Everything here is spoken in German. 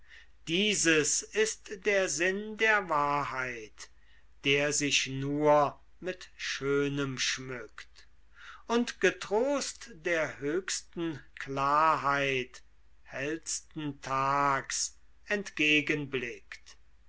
dieses ist der sinn der wahrheit der sich nur mit schönem schmückt und getrost der höchsten klarheit hellsten tags entgegenblickt